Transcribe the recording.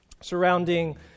surrounding